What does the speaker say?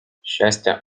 щастя